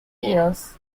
years